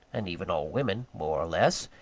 and even all women, more or less.